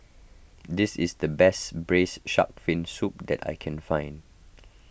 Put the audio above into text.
this is the best Braised Shark Fin Soup that I can find